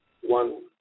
one